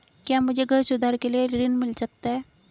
क्या मुझे घर सुधार के लिए ऋण मिल सकता है?